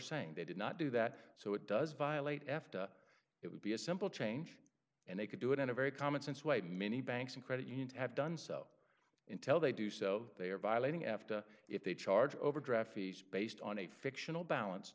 saying they did not do that so it does violate efta it would be a simple change and they could do it in a very common sense way many banks and credit unions have done so in tell they do so they are violating after if they charge overdraft fees based on a fictional balance